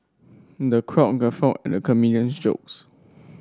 the crowd guffawed at the comedian's jokes